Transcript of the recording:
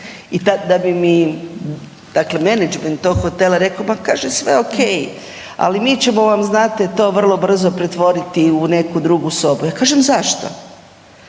da bi mi, dakle, menadžment tog hotela rekao, ma kaže sve okej, ali mi ćemo vam, znate, to vrlo brzo pretvoriti u neku drugu sobu. Ja kažem zašto,